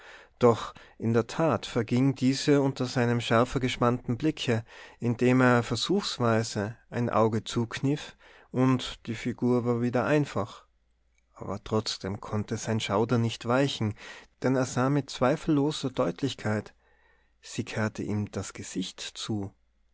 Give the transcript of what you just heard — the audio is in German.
doch in der tat verging diese unter seinem schärfer gespannten blicke indem er versuchsweise ein auge zukniff und die figur war wieder einfach aber trotzdem konnte sein schauder nicht weichen denn er sah mit zweifelloser deutlichkeit sie kehrte ihm das gesicht zu